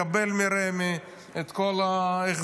לקבל מרמ"י את כל ההחזר,